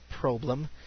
problem